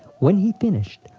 when he finished,